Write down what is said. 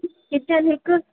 kitchen हिकु